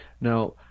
Now